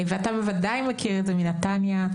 ואתה בוודאי מכיר את זה מנתניה,